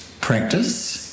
practice